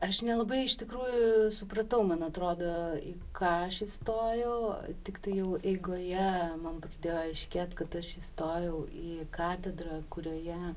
aš nelabai iš tikrųjų supratau man atrodo į ką aš įstojau tiktai jau eigoje man pradėjo aiškėt kad aš įstojau į katedrą kurioje